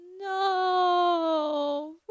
No